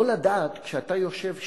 לא לדעת כשאתה יושב שם,